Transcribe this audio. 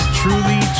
truly